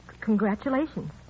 Congratulations